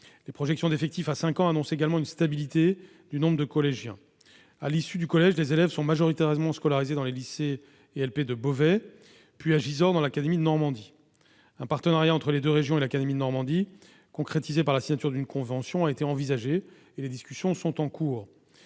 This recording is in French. Les projections d'effectifs à cinq ans annoncent également une stabilité du nombre de collégiens. À l'issue du collège, les élèves sont majoritairement scolarisés dans les lycées et lycées professionnels de Beauvais, puis à Gisors dans l'académie de Normandie. Un partenariat entre les deux régions et l'académie de Normandie, concrétisé par la signature d'une convention, a été envisagé. Nous restons ouverts